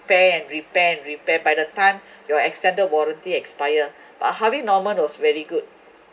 repair and repair repair by the time your extended warranty expire but harvey norman was very good